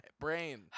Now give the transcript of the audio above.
brain